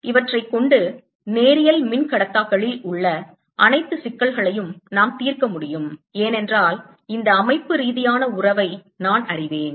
இவற்றைக் கொண்டு நேரியல் மின்கடத்தாக்களில் உள்ள அனைத்து சிக்கல்களையும் நாம் தீர்க்க முடியும் ஏனென்றால் இந்த அமைப்பு ரீதியான உறவை நான் அறிவேன்